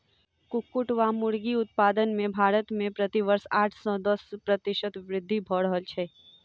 कुक्कुट वा मुर्गी उत्पादन मे भारत मे प्रति वर्ष आठ सॅ दस प्रतिशत वृद्धि भ रहल छै